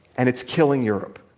and it's killing europe.